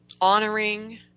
honoring